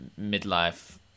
midlife